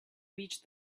reached